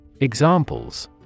Examples